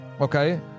okay